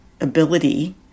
ability